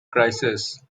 crisis